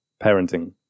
parenting